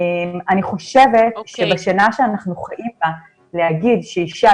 אני חושבת שבשנה שאנחנו חיים בה להגיד שאישה